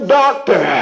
doctor